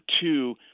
two